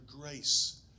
grace